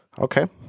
okay